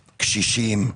קשישים,